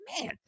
man